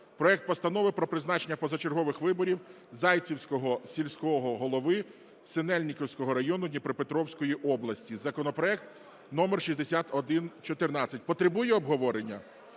проект Постанови про призначення позачергових виборів Зайцівського сільського голови Синельниківського району Дніпропетровської області. Законопроект номер 6114. Потребує обговорення?